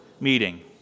meeting